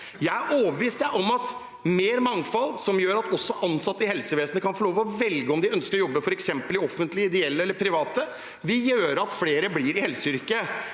Jeg er overbevist om at mer mangfold, som gjør at ansatte i helsevesenet kan få lov til å velge om de ønsker å jobbe f.eks. i det offentlige, ideelle eller private, vil gjøre at flere blir i helseyrker.